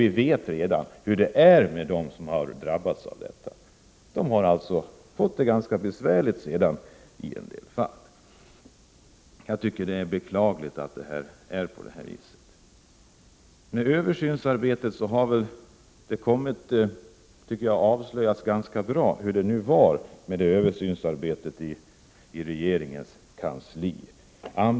Vi vet redan hur det har gått för dem som har drabbats av avsked. I en del fall har de fått det ganska besvärligt. Jag tycker att det är beklagligt att det är så. Det har nu avslöjats hur det var med översynsarbetet i regeringskansliet.